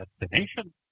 destination